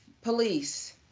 Police